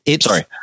Sorry